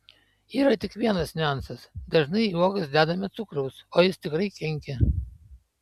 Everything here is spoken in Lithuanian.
yra tik vienas niuansas dažnai į uogas dedame cukraus o jis tikrai kenkia